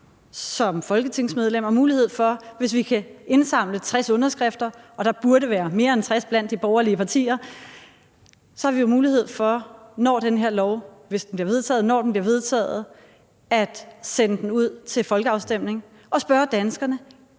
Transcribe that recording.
opbakning fra venstrefløjen. Hvis vi kan indsamle 60 underskrifter – og der burde være mere end 60 blandt de borgerlige partier – har vi som folketingsmedlemmer mulighed for, når eller hvis den her lov bliver vedtaget, at sende den ud til folkeafstemning og spørge danskerne: